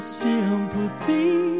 sympathy